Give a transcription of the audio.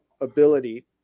ability